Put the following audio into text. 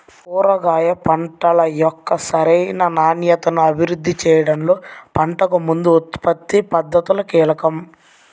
కూరగాయ పంటల యొక్క సరైన నాణ్యతను అభివృద్ధి చేయడంలో పంటకు ముందు ఉత్పత్తి పద్ధతులు కీలకం